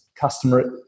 customer